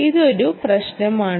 ഇതൊരു പ്രശ്നമാണ്